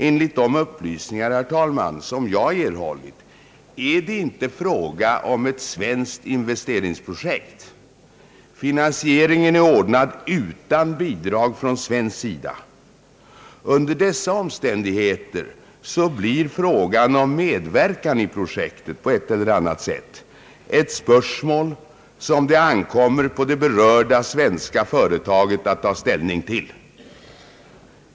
Enligt de upplysningar, herr talman, som jag har erhållit är det inte fråga om ett svenskt investeringsprojekt. Finansieringen är ordnad utan bidrag från svensk sida. Under dessa omständigheter blir frågan om medverkan på ett eller annat sätt i projektet ett spörsmål, som det ankommer på här berörda svenska företag att ta ställning till.